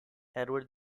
edward